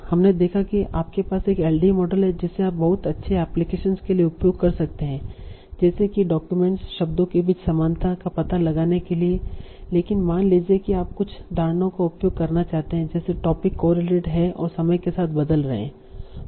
हमने देखा की आपके पास एक एलडीए मॉडल है जिसे आप बहुत अच्छे एप्लीकेशनस के लिए उपयोग कर सकते हैं जैसे कि डाक्यूमेंट्स शब्दों के बीच समानता का पता लगाने के लिए लेकिन मान लीजिए कि आप कुछ धारणाओं का उपयोग करना चाहते हैं जैसे टोपिक कोरिलेटेड है और समय के साथ बदल रहे हैं